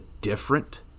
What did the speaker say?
different